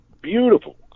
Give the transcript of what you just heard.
beautiful